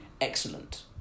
excellent